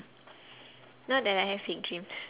not that I have big dreams